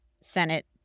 Senate